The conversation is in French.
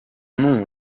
non